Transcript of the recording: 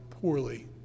poorly